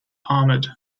armoured